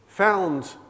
found